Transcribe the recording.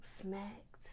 smacked